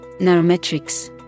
Narometrics